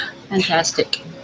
Fantastic